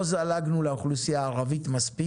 לא זלגנו לאוכלוסייה הערבית מספיק,